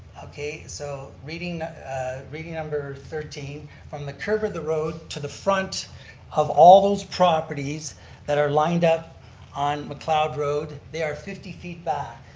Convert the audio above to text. so reading reading number thirteen, from the curb of the road to the front of all those properties that are lined up on mcleod road, they are fifty feet back.